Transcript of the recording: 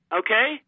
okay